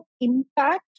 impact